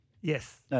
Yes